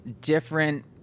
different